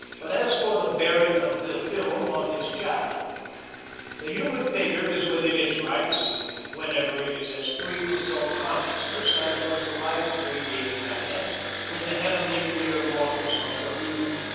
but as for the bearing of the film on this chapter the human figure is within its rights whenever it is as free from self-consciousness as was the life-radiating annette in the heavenly clear waters of bermuda.